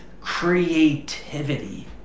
creativity